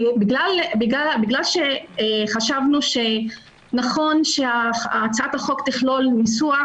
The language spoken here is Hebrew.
בגלל שחשבנו שנכון שהצעת החוק תכלול ניסוח